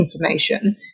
information